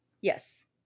Yes